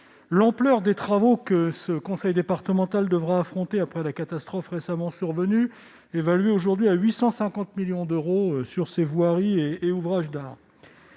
l'ampleur des travaux que le conseil départemental doit affronter après la catastrophe récemment survenue : ils sont évalués à 850 millions d'euros pour les voiries et ouvrages d'art.